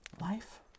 life